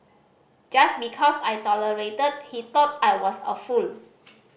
just because I tolerated he thought I was a fool